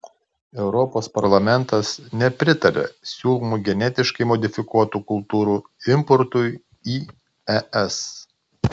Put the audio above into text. europos parlamentas nepritaria siūlomų genetiškai modifikuotų kultūrų importui į es